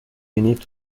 unit